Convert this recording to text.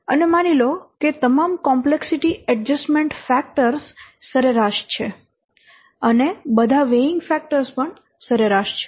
તેથી અને માની લો કે તમામ કોમ્પ્લેક્સિટી ઍડ્જસ્ટમેન્ટ ફેક્ટર્સ સરેરાશ છે અને બધા વેઈન્ગ ફેક્ટર્સ સરેરાશ છે